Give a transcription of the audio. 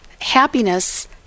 happiness